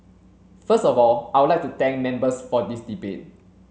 first of all I would like to thank members for this debate